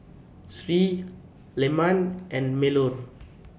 Sri Leman and Melur